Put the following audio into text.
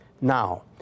Now